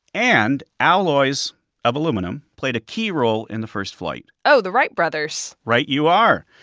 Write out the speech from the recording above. and alloys of aluminum played a key role in the first flight oh, the wright brothers right you are.